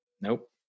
Nope